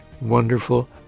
wonderful